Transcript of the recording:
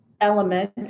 element